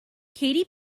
katy